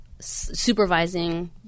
supervising